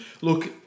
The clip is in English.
Look